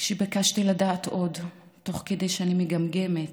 כשביקשתי לדעת עוד תוך כדי שאני מגמגמת,